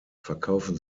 verkaufen